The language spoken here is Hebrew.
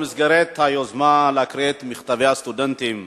במסגרת היוזמה להקריא את מכתבי הסטודנטים,